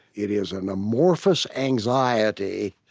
it is an amorphous anxiety